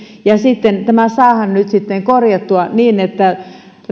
ja nyt sitten tämä saadaan korjattua niin että